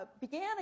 began